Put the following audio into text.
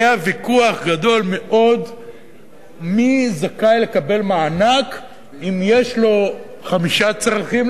היה ויכוח גדול מאוד מי זכאי לקבל מענק אם יש לו חמישה צרכים,